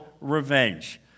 revenge